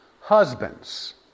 Husbands